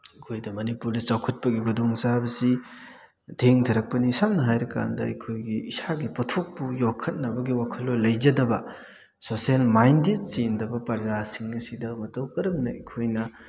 ꯑꯩꯈꯣꯏꯗ ꯃꯅꯤꯄꯨꯔꯗ ꯆꯥꯎꯈꯠꯄꯒꯤ ꯈꯨꯗꯣꯡ ꯆꯥꯕꯁꯤ ꯊꯦꯡꯊꯔꯛꯄꯅꯤ ꯁꯝꯅ ꯍꯥꯏꯔ ꯀꯥꯟꯗ ꯑꯩꯈꯣꯏꯒꯤ ꯏꯁꯥꯒꯤ ꯄꯣꯠꯊꯣꯛꯄꯨ ꯌꯣꯛꯈꯠꯅꯕꯒꯤ ꯋꯥꯈꯜꯂꯣꯟ ꯂꯩꯖꯗꯕ ꯁꯣꯁꯦꯜ ꯃꯥꯏꯟꯗꯦꯗ ꯆꯦꯟꯗꯕ ꯄ꯭ꯔꯖꯥꯁꯤꯡ ꯑꯁꯤꯗ ꯃꯇꯧ ꯀꯔꯝꯅ ꯑꯩꯈꯣꯏꯅ